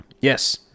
Yes